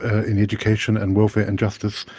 in education and welfare and justice,